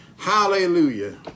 Hallelujah